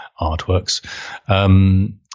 artworks